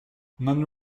none